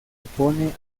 opone